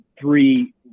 three